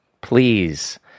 please